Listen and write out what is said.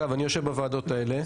השירות,